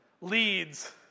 leads